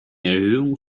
erhöhung